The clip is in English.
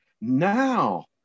now